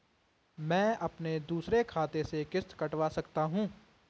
मैं अपने दूसरे खाते से किश्त कटवा सकता हूँ?